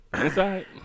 Inside